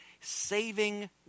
saving